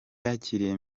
yakiriye